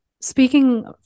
speaking